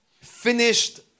finished